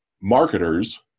marketers